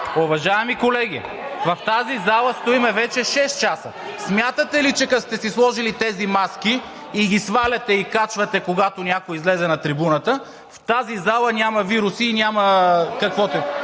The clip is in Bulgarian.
Уважаеми колеги, в тази зала стоим вече шест часа, смятате ли, че като сте си сложили тези маски и ги сваляте и качвате, когато някой излезе на трибуната, в тази зала няма вируси и няма каквото и